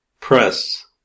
press